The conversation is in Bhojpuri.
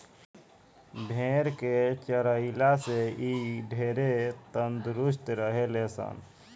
भेड़ के चरइला से इ ढेरे तंदुरुस्त रहे ले सन